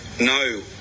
no